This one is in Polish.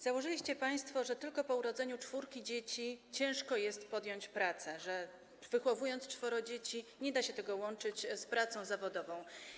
Założyliście państwo, że tylko po urodzeniu czwórki dzieci ciężko jest podjąć pracę, że wychowując czworo dzieci, nie da się tego łączyć z pracą zawodową.